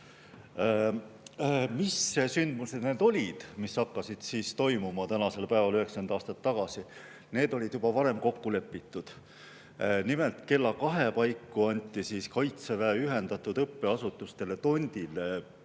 Mis sündmused need olid, mis hakkasid toimuma tänasel päeval 90 aastat tagasi? Need olid juba varem kokku lepitud. Nimelt, kella kahe paiku anti kaitseväe ühendatud õppeasutuste Tondil